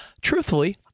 truthfully